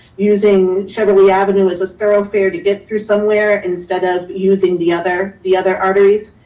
using cheverly avenue is a thoroughfare to get through somewhere instead of using the other the other arteries.